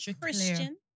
Christian